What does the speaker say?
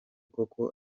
koko